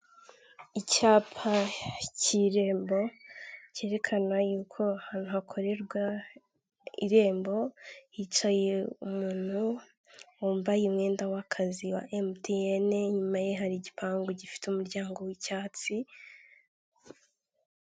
Icyapa cy'irembo cyerekana y'uko ahantu hakorerwa irembo, hicaye umuntu wambaye umwenda w'akazi wa MTN, inyuma ye hari igipangu gifite umuryango w'icyatsi.